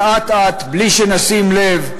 אבל אט-אט, בלי שנשים לב,